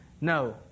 No